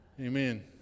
Amen